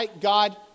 God